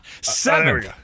Seven